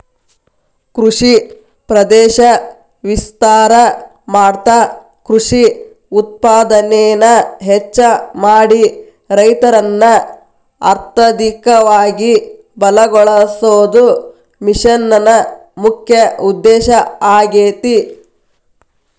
ಕೃಷಿ ಪ್ರದೇಶ ವಿಸ್ತಾರ ಮಾಡ್ತಾ ಕೃಷಿ ಉತ್ಪಾದನೆನ ಹೆಚ್ಚ ಮಾಡಿ ರೈತರನ್ನ ಅರ್ಥಧಿಕವಾಗಿ ಬಲಗೋಳಸೋದು ಮಿಷನ್ ನ ಮುಖ್ಯ ಉದ್ದೇಶ ಆಗೇತಿ